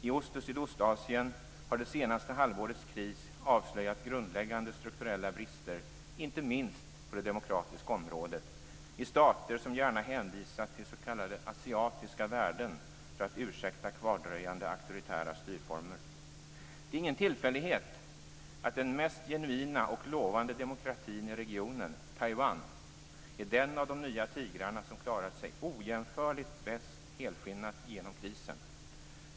I Ost och Sydostasien har det senaste halvårets kris avslöjat grundläggande strukturella brister, inte minst på det demokratiska området, i stater som gärna hänvisat till s.k. asiatiska värden för att ursäkta kvardröjande auktoritära styrformer. Det är ingen tillfällighet att den mest genuina och lovande demokratin i regionen - Taiwan - är den av "de nya tigrarna" som klarat sig ojämförligt mest helskinnat igenom krisen.